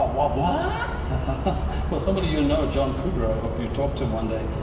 ah well well ah but somebody you and know, john kugler, i hope you talk to him one day,